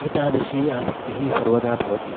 एतादृशी आसक्तिः सर्वदा भवति